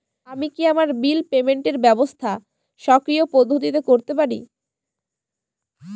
আমি কি আমার বিল পেমেন্টের ব্যবস্থা স্বকীয় পদ্ধতিতে করতে পারি?